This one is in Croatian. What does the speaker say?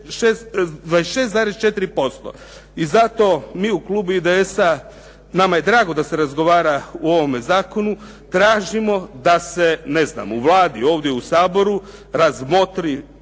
26,4%. I zato mi u klubu IDS-a nama je drago da se razgovara o ovome zakonu. Tražimo da se u Vladi, u ovdje Saboru razmotri